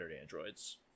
androids